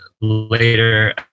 later